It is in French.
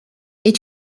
est